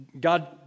God